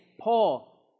Paul